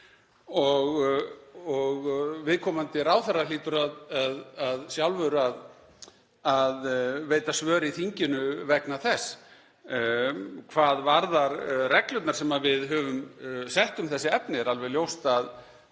og viðkomandi ráðherra hlýtur sjálfur að veita svör í þinginu vegna þess. Hvað varðar reglurnar sem við höfum sett um þessi efni er alveg ljóst að